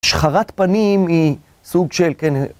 השחרת פנים היא סוג של, כן.